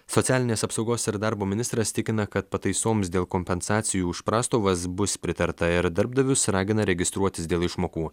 socialinės apsaugos ir darbo ministras tikina kad pataisoms dėl kompensacijų už prastovas bus pritarta ir darbdavius ragina registruotis dėl išmokų